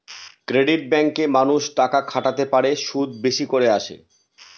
credit ব্যাঙ্কে মানুষ টাকা খাটাতে পারে, সুদ বেশি করে আসে